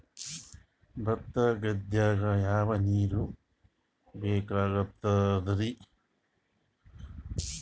ಭತ್ತ ಗದ್ದಿಗ ಯಾವ ನೀರ್ ಬೇಕಾಗತದರೀ?